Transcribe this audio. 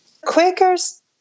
Quakers